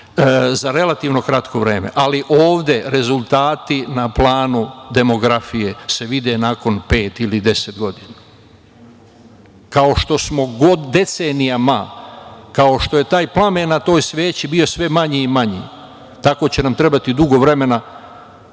za relativno kratko vreme, ali ovde rezultati na planu demografije se vide nakon pet ili deset godina, kao što smo decenijama, kao što je taj plamen na toj sveći bio sve manji i manji, tako će nam trebati dugo vremena